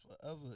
forever